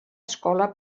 escola